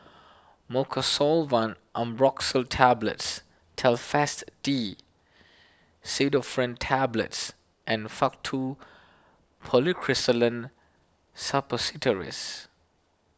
Mucosolvan Ambroxol Tablets Telfast D Pseudoephrine Tablets and Faktu Policresulen Suppositories